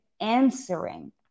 answering